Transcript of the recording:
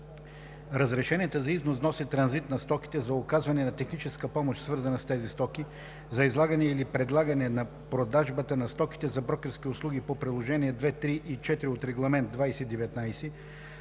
Разрешенията за износ, внос и транзит на стоките, за оказване на техническа помощ, свързана с тези стоки, за излагане или предлагане на продажбата на стоките, за брокерски услуги по Приложения ІІ, ІІІ и ІV от Регламент 2019/125,